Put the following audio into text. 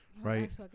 right